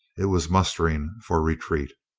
it was mustering for retreat.